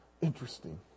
interesting